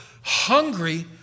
hungry